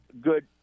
good